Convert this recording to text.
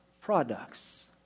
Products